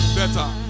better